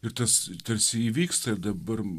ir tas tarsi įvyksta ir dabar